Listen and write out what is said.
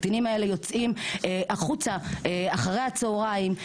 הקטינים האלה יוצאים החוצה אחרי הצוהריים,